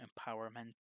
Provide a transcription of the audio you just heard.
empowerment